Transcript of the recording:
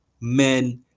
men